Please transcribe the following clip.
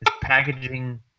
packaging